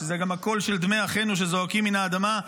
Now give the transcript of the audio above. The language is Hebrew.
זה גם הקול של דמי אחינו שזועקים מהאדמה,